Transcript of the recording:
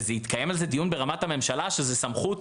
יתקיים על זה דיון ברמת הממשלה שזו סמכות